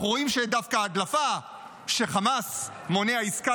אנחנו רואים שהדלפה שחמאס מונע עסקה